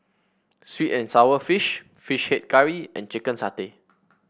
sweet and sour fish fish head curry and Chicken Satay